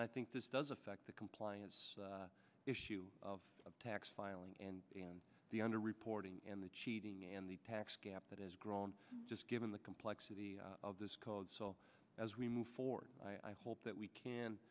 and i think this does affect the compliance issue of tax filing and the under reporting and the cheating and the tax gap that has grown just given the complexity of this code so as we move forward i hope that we can